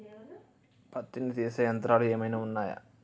పత్తిని తీసే యంత్రాలు ఏమైనా ఉన్నయా?